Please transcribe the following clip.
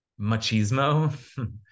machismo